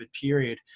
period